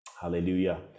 Hallelujah